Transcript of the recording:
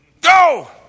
Go